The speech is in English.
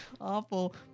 awful